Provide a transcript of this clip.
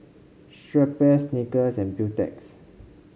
Schweppes Snickers and Beautex